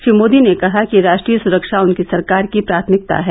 श्री मोदी ने कहा कि राष्ट्रीय सुरक्षा उनकी सरकार की प्राथमिकता है